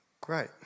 great